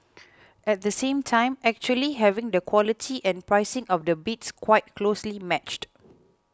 at the same time actually having the quality and pricing of the bids quite closely matched